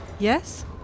Yes